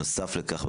נוסף לכך,